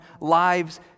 lives